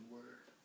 Word